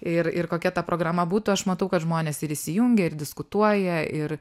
ir ir kokia ta programa būtų aš matau kad žmonės ir įsijungia ir diskutuoja ir